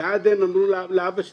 בעדן אמרו לאבא שלי,